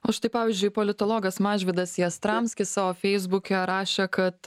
o štai pavyzdžiui politologas mažvydas jastramskis savo feisbuke rašė kad